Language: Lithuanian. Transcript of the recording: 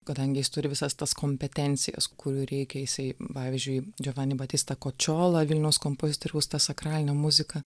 kadangi jis turi visas tas kompetencijas kurių reikia jisai pavyzdžiui džovani batista kočiola vilniaus kompozitoriaus ta sakralinė muzika